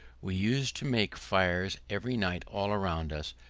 we used to make fires every night all around us,